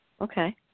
Okay